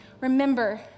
Remember